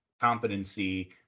competency